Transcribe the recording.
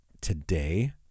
today